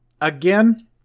again